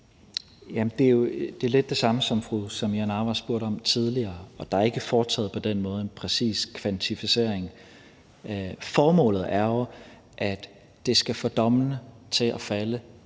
Tesfaye): Det er lidt det samme, som fru Samira Nawa spurgte om tidligere. Der er ikke på den måde foretaget en præcis kvantificering. Formålet er jo, at det skal få dommene til at falde